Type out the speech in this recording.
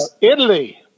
Italy